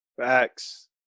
Facts